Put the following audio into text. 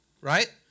right